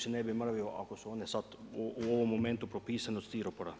se ne bi mrvio, ako su one sad u ovome momentu propisane od stiropora.